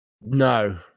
No